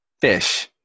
Fish